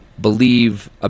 believe